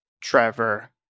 Trevor